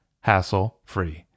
hassle-free